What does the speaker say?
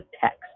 text